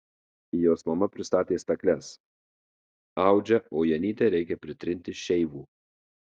jos mama pasistatė stakles audžia o janytei reikia pritrinti šeivų